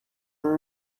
were